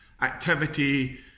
activity